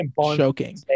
choking